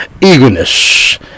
eagerness